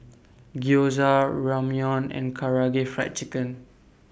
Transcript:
Gyoza Ramyeon and Karaage Fried Chicken